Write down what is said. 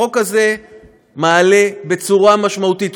החוק הזה מעלה בצורה משמעותית,